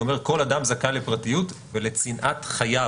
שאומר "כל אדם זכאי לפרטיות ולצנעת חייו".